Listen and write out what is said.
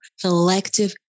collective